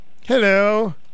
Hello